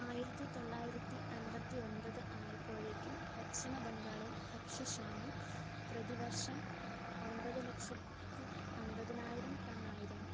ആയിരത്തി തൊള്ളായിരത്തി അൻപത്തി ഒൻപത് ആയപ്പോഴേക്കും പശ്ചിമ ബംഗാളിൽ ഭക്ഷ്യക്ഷാമം പ്രതിവർഷം ഒൻപത് ലക്ഷത്തി അൻപതിനായിരം ടൺ ആയിരുന്നു